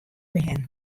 bern